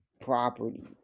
property